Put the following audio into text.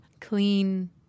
clean